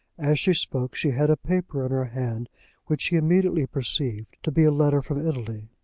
as she spoke, she had a paper in her hand which he immediately perceived to be a letter from italy.